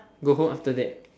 go home after that